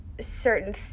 certain